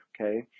okay